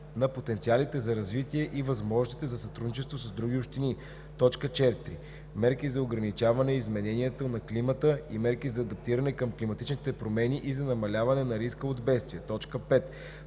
на потенциалите за развитие и на възможностите за сътрудничество с други общини; 4. мерки за ограничаване изменението на климата и мерки за адаптиране към климатичните промени и за намаляване на риска от бедствия;